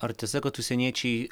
ar tiesa kad užsieniečiai